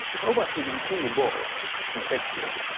how about hitting two balls consecutively?